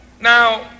Now